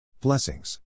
Blessings